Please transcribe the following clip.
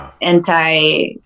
Anti